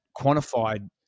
quantified